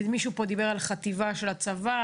מישהו פה דיבר על חטיבה של הצבא,